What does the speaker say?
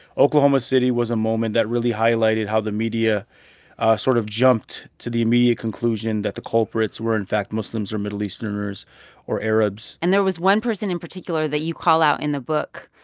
oklahoma city was a moment that really highlighted how the media sort of jumped to the immediate conclusion that the culprits were in fact muslims or middle easterners or arabs and there was one person in particular that you call out in the book.